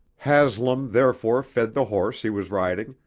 haslam therefore fed the horse he was riding,